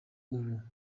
ubu